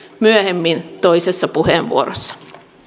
myöhemmin toisessa puheenvuorossa